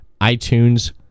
iTunes